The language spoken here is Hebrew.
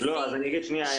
יכול להיות שיקבלו